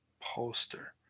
poster